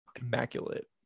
Immaculate